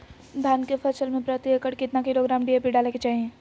धान के फसल में प्रति एकड़ कितना किलोग्राम डी.ए.पी डाले के चाहिए?